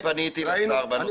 אני פניתי לשר בנושא הזה.